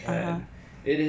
(uh huh)